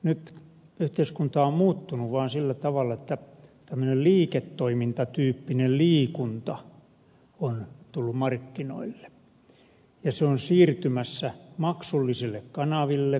nyt yhteiskunta on muuttunut vaan sillä tavalla että tämmöinen liiketoimintatyyppinen liikunta on tullut markkinoille ja se on siirtymässä maksullisille kanaville